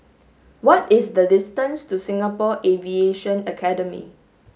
what is the distance to Singapore Aviation Academy